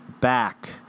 back